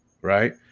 right